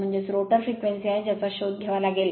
म्हणजेच rotor frequency आहे ज्याचा शोध घ्यावा लागेल